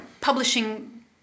publishing